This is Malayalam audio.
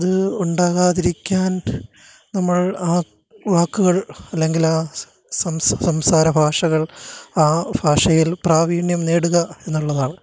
അത് ഉണ്ടാകാതിരിക്കാന് നമ്മള് ആ വാക്കുകള് അല്ലെങ്കിൽ ആ സംസാര ഭാഷകള് ആ ഭാഷയില് പ്രാവിണ്യം നേടുക എന്നുള്ളതാണ്